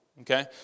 Okay